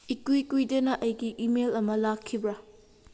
ꯏꯀꯨꯏ ꯀꯨꯏꯗꯅ ꯑꯩꯒꯤ ꯏꯃꯦꯜ ꯑꯃ ꯂꯥꯛꯈꯤꯕ꯭ꯔꯥ